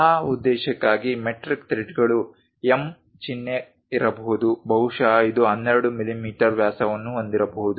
ಆ ಉದ್ದೇಶಕ್ಕಾಗಿ ಮೆಟ್ರಿಕ್ ಥ್ರೆಡ್ಗಳು M ಚಿಹ್ನೆ ಇರಬಹುದು ಬಹುಶಃ ಇದು 12 ಮಿಮೀ ವ್ಯಾಸವನ್ನು ಹೊಂದಿರಬಹುದು